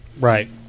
Right